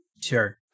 sure